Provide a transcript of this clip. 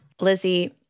Lizzie